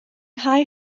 nghae